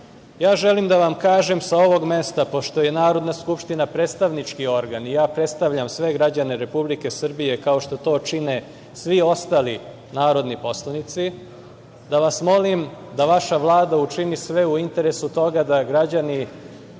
želim da vam kažem sa ovog mesta, pošto je Narodna skupština predstavnički organ i ja predstavljam sve građana Republike Srbije, kao što to čine svi ostali narodni poslanici, da vas molim da vaša Vlada učini sve u interesu toga da se građani